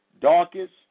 darkest